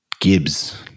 Gibbs